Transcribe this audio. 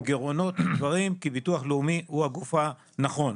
עם גירעונות ודברים כי ביטוח לאומי הוא הגוף הנכון.